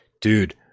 dude